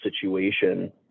situation